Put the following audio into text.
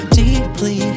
deeply